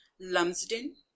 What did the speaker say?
lumsden